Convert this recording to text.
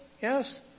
Yes